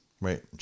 Right